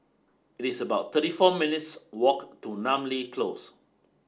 it is about thirty four minutes' walk to Namly Close